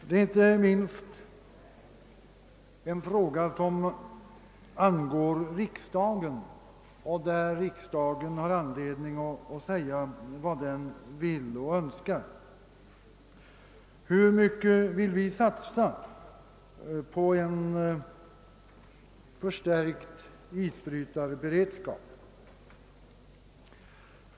Det är inte minst en fråga som angår riksdagen och där riksdagen har anledning att säga ifrån vad den vill. Hur mycket vill vi satsa på en förstärkt isbrytarberedskap?